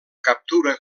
captura